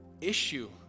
issue